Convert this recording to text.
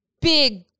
big